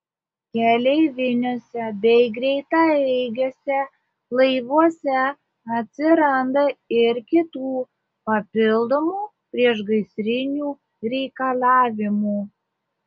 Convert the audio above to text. keleiviniuose bei greitaeigiuose laivuose atsiranda ir kitų papildomų priešgaisrinių reikalavimų